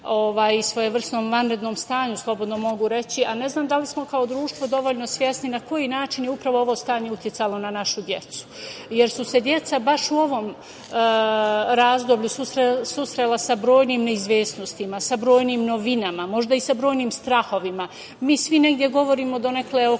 svojevrsnom vanrednom stanju, slobodno mogu reći, a ne znam da li smo kao društvo dovoljno svesni na koji način je upravo ovo stanje uticalo na našu decu, jer su se deca baš u ovom razdoblju susrela sa brojnim neizvesnostima, sa brojnim novinama, možda i sa brojnim strahovima. Mi svi negde govorimo donekle o ekonomiji,